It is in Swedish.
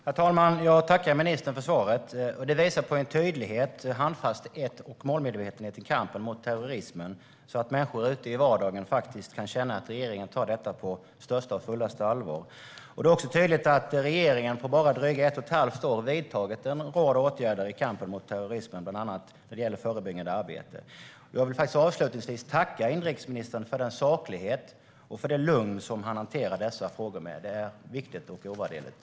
Herr talman! Jag tackar ministern för svaret. Det visar på en tydlighet, handfasthet och målmedvetenhet i kampen mot terrorismen så att människor i vardagen kan känna att regeringen tar frågan på största och fullaste allvar. Det är också tydligt att regeringen på bara drygt ett och ett halvt år har vidtagit en rad åtgärder i kampen mot terrorismen, bland annat vad gäller förebyggande arbete. Jag vill avslutningsvis tacka inrikesministern för den saklighet och det lugn han hanterar dessa frågor med. Det är viktigt och ovärderligt.